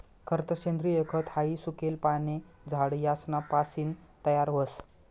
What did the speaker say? खरतर सेंद्रिय खत हाई सुकेल पाने, झाड यासना पासीन तयार व्हस